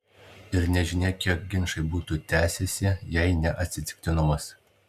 ir nežinia kiek ginčai būtų tęsęsi jei ne atsitiktinumas